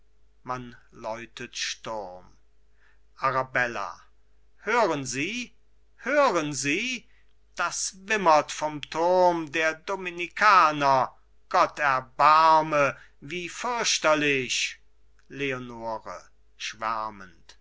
man läutet sturm arabella hören sie hören sie das wimmert vom turm der dominikaner gott erbarme wie fürchterlich leonore